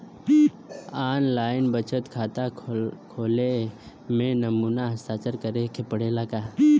आन line बचत खाता खोले में नमूना हस्ताक्षर करेके पड़ेला का?